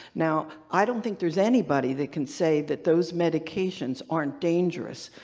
now i don't think there's anybody that can say that those medications aren't dangerous.